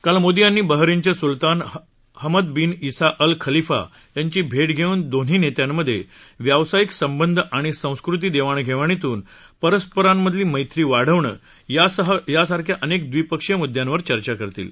काल मोदी यांनी बहरीनचे सुलतान Hamad bin Isa Al Khalifa यांची भेट घेऊन दोन्ही नेत्यांमध्ये व्यावसायिक संबंध आणि सांस्कृतिक देवाणघेवणीतून परस्परांमधली मैत्री वाढवणं यांसह अनेक द्विपक्षीय मुद्यांवर चर्चा केली